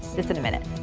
this in a minute.